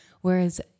whereas